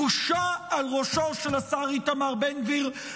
בושה על ראשו של השר איתמר בן גביר.